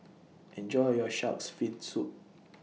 Enjoy your Shark's Fin Soup